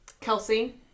Kelsey